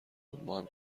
بود، ماهم